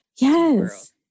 Yes